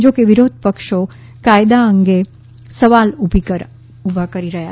જો કે વિરોધી પક્ષો કાયદા અંગે સવાલ ઉભા કરી રહ્યા છે